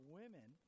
women